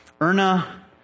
Erna